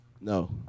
No